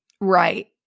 Right